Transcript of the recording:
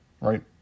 Right